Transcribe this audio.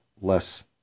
less